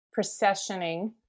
processioning